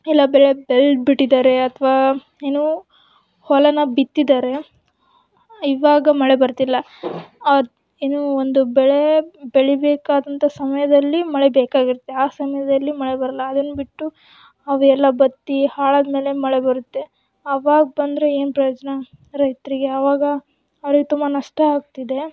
ಎಲ್ಲ ಬೆಳೆ ಬೆಳೆ ಬಿಟ್ಟಿದ್ದಾರೆ ಅಥವಾ ಏನು ಹೊಲನ ಬಿತ್ತಿದ್ದಾರೆ ಇವಾಗ ಮಳೆ ಬರ್ತಿಲ್ಲ ಅದು ಏನು ಒಂದು ಬೆಳೆ ಬೆಳಿಬೇಕಾದಂಥ ಸಮಯದಲ್ಲಿ ಮಳೆ ಬೇಕಾಗಿರತ್ತೆ ಆ ಸಮಯದಲ್ಲಿ ಮಳೆ ಬರೋಲ್ಲ ಅದನ್ನ ಬಿಟ್ಟು ಅವೆಲ್ಲ ಬತ್ತಿ ಹಾಳಾದ ಮೇಲೆ ಮಳೆ ಬರುತ್ತೆ ಆವಾಗ ಬಂದರೆ ಏನು ಪ್ರಯೋಜನ ರೈತರಿಗೆ ಆವಾಗ ಅವ್ರಿಗೆ ತುಂಬ ನಷ್ಟ ಆಗ್ತಿದೆ